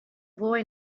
boy